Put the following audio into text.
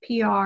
PR